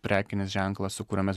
prekinis ženklas su kuriuo mes